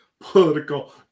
political